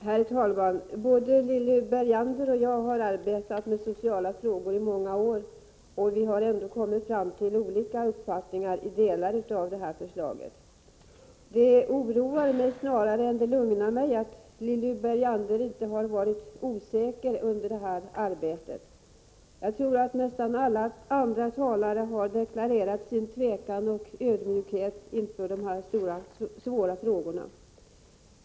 Herr talman! Lilly Bergander och jag har båda arbetat med sociala frågor i många år och ändå kommit fram till olika uppfattningar i delar av det föreliggande förslaget. Det oroar snarare än lugnar mig att Lilly Bergander inte har varit osäker under detta arbete. Jag tror att nästan alla andra talare har deklarerat sin tvekan och ödmjukhet inför dessa stora och svåra frågor.